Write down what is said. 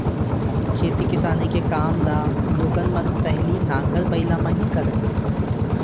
खेती किसानी के काम ल लोगन मन पहिली नांगर बइला म ही करय